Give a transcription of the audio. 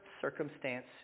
circumstance